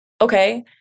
Okay